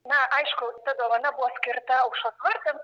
na aišku ta dovana buvo skirta aušros vartam